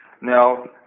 Now